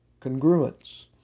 congruence